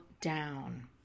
down